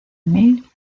mail